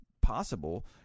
possible